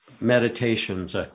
meditations